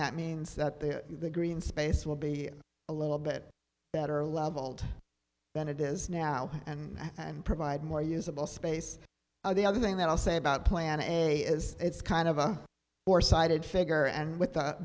that means that the green space will be a little bit better leveled than it is now and and provide more usable space the other thing that i'll say about plan a is it's kind of a four sided figure and with the